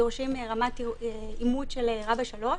ודורשים רמת אימות של רב"א 3,